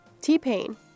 T-Pain